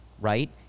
right